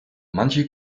manche